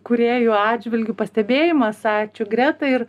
kūrėjų atžvilgiu pastebėjimas ačiū greta ir